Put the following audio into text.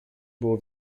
było